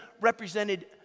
represented